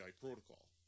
protocol